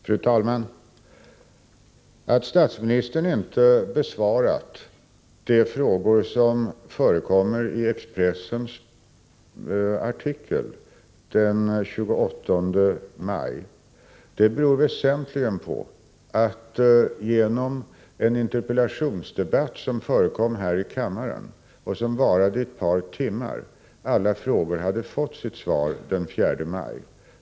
Fru talman! Att statsministern inte besvarat de frågor som förekommer i Fredagen den Expressens artikel den 28 maj beror väsentligen på att alla frågor hade fått 16 november 1984 sitt svar den 4 maj i en interpellationsdebatt här i kammaren, som varade i ett par timmar.